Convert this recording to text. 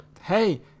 hey